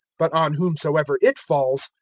but on whomsoever it falls,